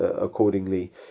accordingly